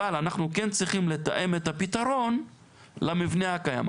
אבל אנחנו כן צריכים לתאם את הפתרון למבנה הקיים.